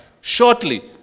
shortly